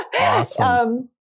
Awesome